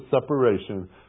separation